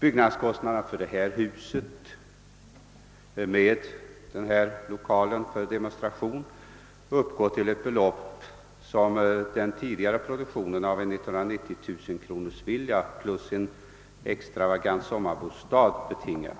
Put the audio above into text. Byggnadskostnaderna för det huset, med lokalen för demonstration, uppgår inte till ett så stort belopp att det skulle motsvara vad den tidigare nämnda produktionen av en 190 000 kronorsvilla plus en extravagant sommarbostad betingar.